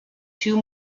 two